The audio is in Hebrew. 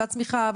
של הצמיחה,